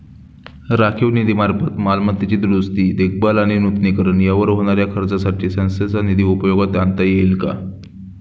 राखीव निधीमार्फत मालमत्तेची दुरुस्ती, देखभाल आणि नूतनीकरण यावर होणाऱ्या खर्चासाठी संस्थेचा निधी उपयोगात आणता येईल का?